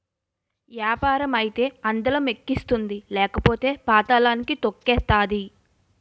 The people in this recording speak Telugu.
యాపారం అయితే అందలం ఎక్కిస్తుంది లేకపోతే పాతళానికి తొక్కేతాది